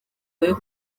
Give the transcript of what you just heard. ryo